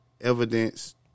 evidence